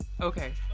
Okay